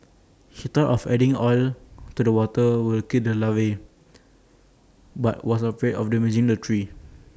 he thought of adding oil to the water will kill the larvae but was afraid of damaging the tree